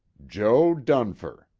jo. dunfer.